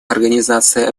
организация